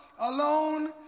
alone